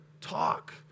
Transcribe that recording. talk